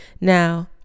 now